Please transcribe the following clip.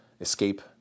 escape